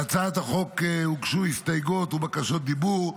להצעת החוק הוגשו הסתייגויות ובקשות דיבור.